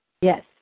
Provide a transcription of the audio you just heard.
Yes